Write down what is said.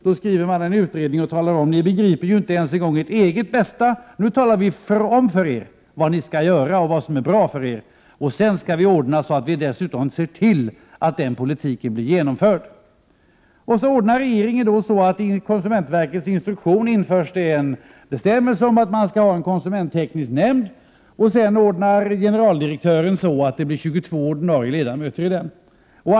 Så utarbetar man en utredning, där man skriver: Ni begriper inte ens ert eget bästa. Nu talar vi om för er vad ni skall göra och vad som är bra för er, och sedan skall vi dessutom se till att den politiken blir genomförd. Sedan ordnar regeringen med att det i konsumentverkets instruktion införs en bestämmelse om att det skall finnas en konsumentteknisk nämnd. Generaldirektören ser till att det blir 22 ledamöter i den nämnden.